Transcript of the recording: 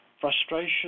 frustration